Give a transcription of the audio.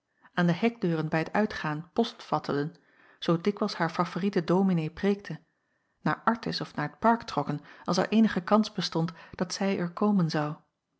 aan de hekdeuren bij t uitgaan post vatteden zoo dikwijls haar favoriete dominee preêkte naar artis of naar t park trokken als er eenige kans bestond dat zij er komen zou